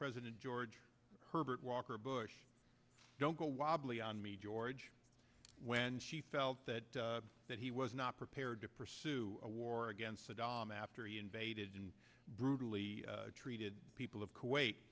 president george herbert walker bush don't go wobbly on me george when she felt that that he was not prepared to pursue a war against saddam after he invaded and brutally treated people of kuwait